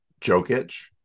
Jokic